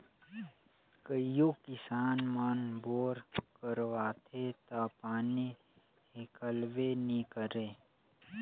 कइयो किसान मन बोर करवाथे ता पानी हिकलबे नी करे